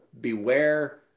Beware